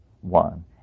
one